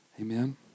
Amen